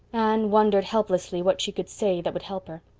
anne wondered helplessly what she could say that would help her.